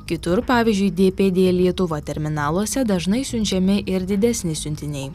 kitur pavyzdžiui dpd lietuva terminaluose dažnai siunčiami ir didesni siuntiniai